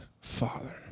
father